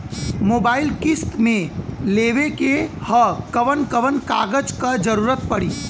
Mobile किस्त मे लेवे के ह कवन कवन कागज क जरुरत पड़ी?